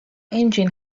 engine